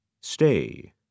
Stay